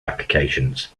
applications